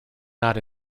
not